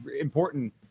important